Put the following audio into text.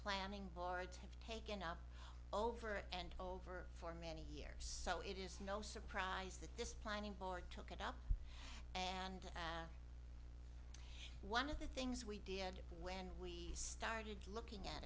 planning board have taken up over and over years so it is no surprise that this planning board took it up and one of the things we did when we started looking at